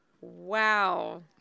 wow